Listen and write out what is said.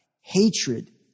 hatred